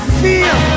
feel